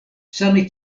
same